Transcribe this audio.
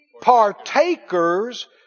partakers